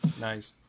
Nice